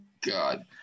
God